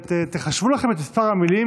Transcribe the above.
תחשבו לכם את מספר המילים,